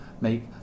make